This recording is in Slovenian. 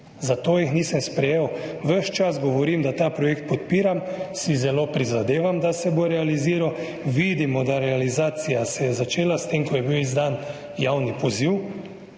Zato jih nisem sprejel. Ves čas govorim, da ta projekt podpiram, si zelo prizadevam, da se bo realiziral. Vidimo, da se je realizacija začela s tem, ko je bil izdan javni poziv.